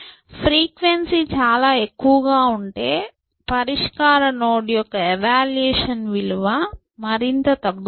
ఫ్రీక్వెన్సీచాలా ఎక్కువగా ఉంటే పరిష్కార నోడ్ యొక్క ఎవాల్యుయేషన్ విలువ మరింత తగ్గుతుంది